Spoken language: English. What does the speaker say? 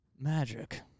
magic